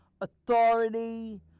authority